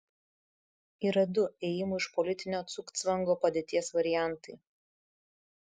yra du ėjimų iš politinio cugcvango padėties variantai